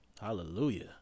Hallelujah